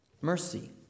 mercy